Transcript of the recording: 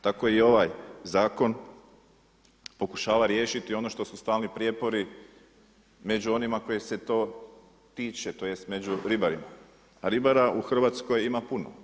Tako je i ovaj zakon pokušava riješiti ono što su stalni prijepori među onima kojih se to tiče, tj. među ribarima, a ribara u Hrvatskoj ima puno.